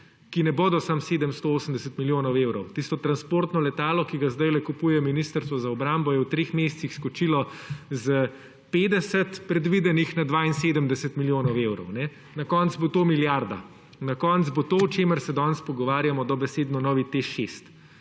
ki ne bodo samo 780 milijonov evrov. Tisto transportno letalo, ki ga sedajle kupuje Ministrstvo za obrambo, je v treh mesecih skočilo s 50 predvidenih na 72 milijonov evrov. Na koncu bo to milijarda. Na koncu bo to, o čemer se danes pogovarjamo, dobesedno novi TEŠ6.